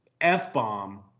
F-bomb